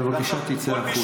בבקשה תצא החוצה.